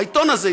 העיתון הזה,